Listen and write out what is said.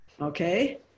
Okay